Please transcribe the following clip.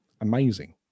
amazing